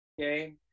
Okay